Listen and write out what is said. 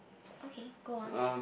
okay go on